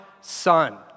son